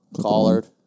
Collared